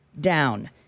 down